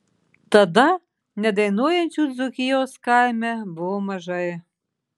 tada nedainuojančių dzūkijos kaime buvo mažai